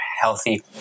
healthy